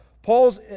Paul's